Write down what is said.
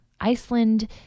Iceland